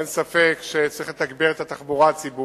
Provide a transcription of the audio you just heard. אין ספק שצריך לתגבר את התחבורה הציבורית,